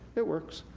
it works.